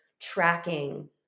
tracking